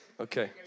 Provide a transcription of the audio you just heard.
okay